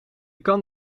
kan